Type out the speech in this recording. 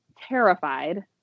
terrified